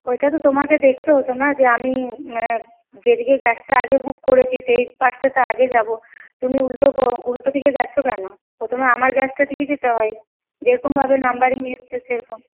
ওইটা তো তোমাকে দেখতে হতো না যে আমি যে দিকে গ্যাসটা আগে বুক করেছি সেই কাজটা তো আগে যাব তুমি উল্টো উল্টোদিকে গেছ কেন প্রথমে আমার গ্যাসটা দিয়ে যেতে হয় যেরকমভাবে নম্বরিং এসছে সেরকম